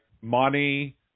money